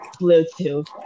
Bluetooth